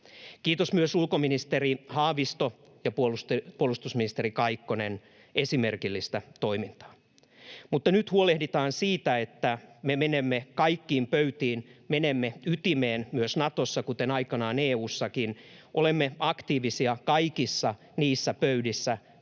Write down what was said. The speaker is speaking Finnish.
Kiitos myös ulkoministeri Haavisto ja puolustusministeri Kaikkonen — esimerkillistä toimintaa. Mutta nyt huolehditaan siitä, että me menemme kaikkiin pöytiin, menemme ytimeen myös Natossa kuten aikanaan EU:ssakin, olemme aktiivisia kaikissa niissä pöydissä,